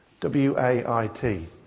W-A-I-T